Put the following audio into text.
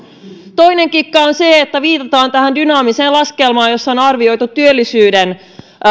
toinen kikka on se että viitataan tähän dynaamiseen laskelmaan jossa on arvioitu työllisyyden